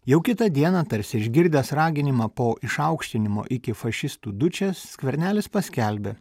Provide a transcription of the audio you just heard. jau kitą dieną tarsi išgirdęs raginimą po išaukštinimo iki fašistų dučės skvernelis paskelbė